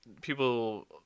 people